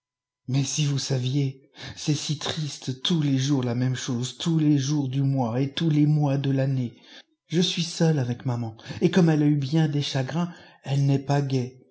mais si vous saviez c'est si triste tous les jours la même chose tous les jours du mois et tous les mois de l'année je suis toute seule avec maman et comme elle a eu bien des chagrins elle n'est pas gaie